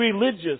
religious